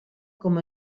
com